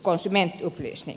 arvoisa puhemies